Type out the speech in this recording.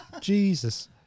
Jesus